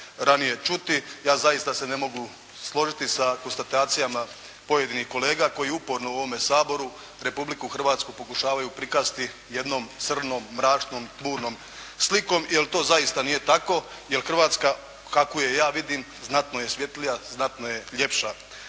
ranije čuti. Ja zaista se ne mogu složiti sa konstatacijama pojedinih kolega koji uporno u ovome Saboru Republiku Hrvatsku pokušavaju prikazati jednom crnom, mračnom, tmurnom slikom jer to zaista nije tako. Jer Hrvatska kakvu je ja vidim znatno je svjetlija, znatno je ljepša